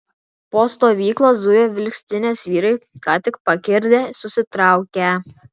po stovyklą zujo vilkstinės vyrai ką tik pakirdę susitraukę